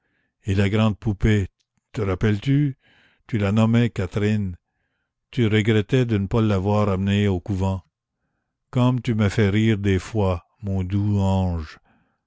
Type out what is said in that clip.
et la grande poupée te rappelles-tu tu la nommais catherine tu regrettais de ne pas l'avoir emmenée au couvent comme tu m'as fait rire des fois mon doux ange